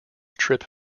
trip